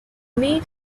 made